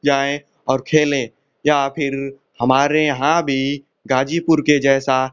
जाएँ और खेलें या फिर हमारे यहाँ भी गाजीपुर के जैसा